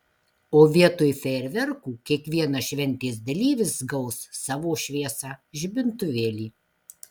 o vietoj fejerverkų kiekvienas šventės dalyvis gaus savo šviesą žibintuvėlį